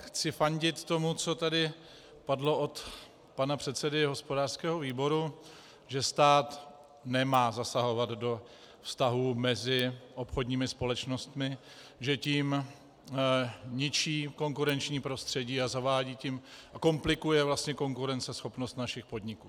Chci fandit tomu, co tady padlo od pana předsedy hospodářského výboru, že stát nemá zasahovat do vztahů mezi obchodními společnostmi, že tím ničí konkurenční prostředí a zavádí tím, komplikuje vlastně konkurenceschopnost našich podniků.